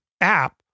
app